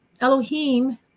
elohim